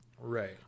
Right